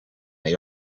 they